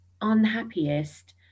unhappiest